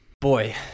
Boy